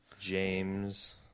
James